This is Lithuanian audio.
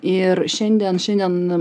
ir šiandien šiandien